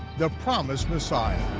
the promised messiah.